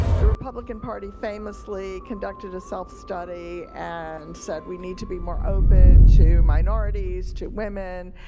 the republican party famously conducted a self-study and said we need to be more open to minorities, to women,